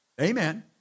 Amen